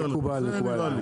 זה נראה לי.